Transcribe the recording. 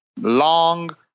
long